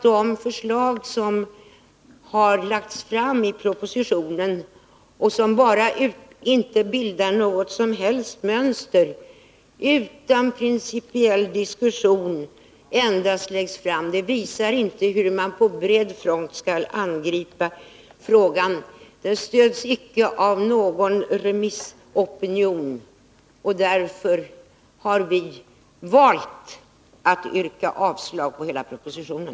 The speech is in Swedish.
De förslag som har lagts fram i propositionen bildar inte något som helst mönster, och de framläggs utan någon principiell diskussion. De visar inte hur man på bred front skall kunna angripa frågan. Propositionen stöds icke av någon remissopinion, och därför har vi valt att yrka avslag på hela propositionen.